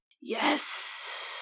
Yes